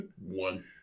One